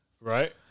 Right